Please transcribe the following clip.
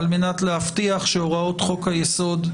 על מנת להבטיח שהוראות חוק היסוד,